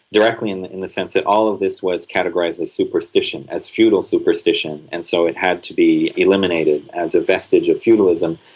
directly in the in the sense that all of this was categorised as superstition, as feudal superstition, and so it had to be eliminated as a vestige of feudalism.